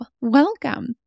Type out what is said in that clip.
welcome